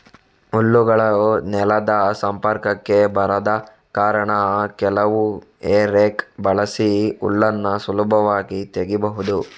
ಹಲ್ಲುಗಳು ನೆಲದ ಸಂಪರ್ಕಕ್ಕೆ ಬರದ ಕಾರಣ ಕೆಲವು ಹೇ ರೇಕ್ ಬಳಸಿ ಹುಲ್ಲನ್ನ ಸುಲಭವಾಗಿ ತೆಗೀಬಹುದು